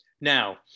Now